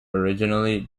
originally